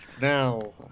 Now